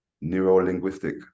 neuro-linguistic